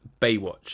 Baywatch